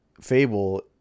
Fable